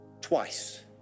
twice